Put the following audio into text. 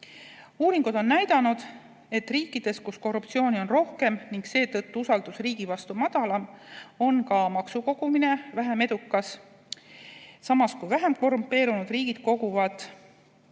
Uuringud on näidanud, et riikides, kus korruptsiooni on rohkem ning seetõttu usaldus riigi vastu väiksem, on ka maksude kogumine vähem edukas. Vähem korrumpeerunud riigid koguvad